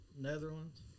Netherlands